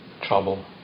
trouble